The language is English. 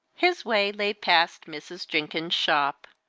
his way lay past mrs. jenkins's shop,